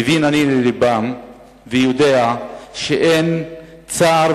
מבין אני ללבם ויודע שאין צער,